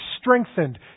strengthened